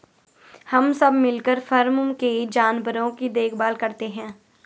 हम सब मिलकर फॉर्म के जानवरों की देखभाल करते हैं